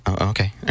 Okay